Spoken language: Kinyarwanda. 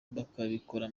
bakabikora